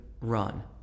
run